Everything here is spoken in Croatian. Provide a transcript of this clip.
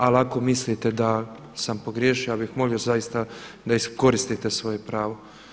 Ali ako mislite da sam pogriješio ja bih molio zaista da iskoristite svoje pravo.